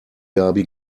gaby